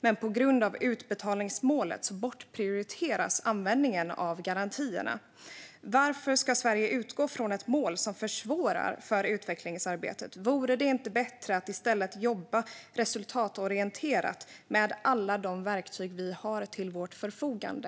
Men på grund av utbetalningsmålet bortprioriteras användningen av garantierna. Varför ska Sverige utgå från ett mål som försvårar för utvecklingsarbetet? Vore det inte bättre att i stället jobba resultatorienterat med alla de verktyg vi har till vårt förfogande?